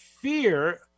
fear